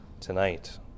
tonight